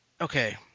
Okay